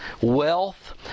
wealth